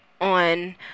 on